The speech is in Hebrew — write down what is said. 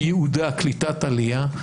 שייעודה קליטת עלייה,